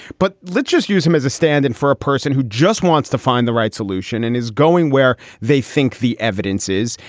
but let's just use him as a stand in for a person who just wants to find the right solution and is going where they think the evidence is.